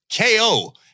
KO